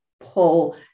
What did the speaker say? pull